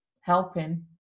helping